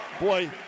Boy